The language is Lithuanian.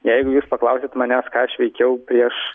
jeigu jūs paklausit manęs ką aš veikiau prieš